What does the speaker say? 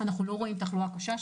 אנחנו לא רואים תחלואה קשה,